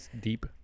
deep